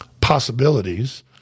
possibilities